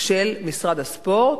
של משרד הספורט.